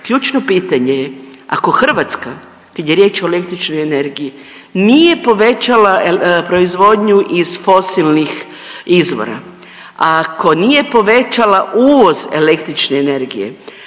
Ključno pitanje je ako Hrvatska kad je riječ o električnoj energiji nije povećala proizvodnju iz fosilnih izvora, ako nije povećala uvoz električne energije,